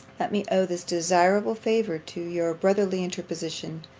let me owe this desirable favour to your brotherly interposition,